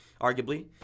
arguably